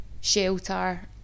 shelter